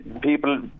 people